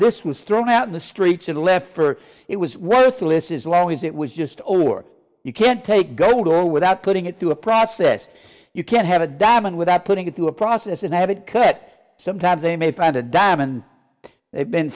this was thrown out in the streets and left for it was worthless as long as it was just a war you can't take go to without putting it through a process you can't have a diamond without putting it through a process and have it cut sometimes they may find a diamond they've been